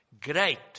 Great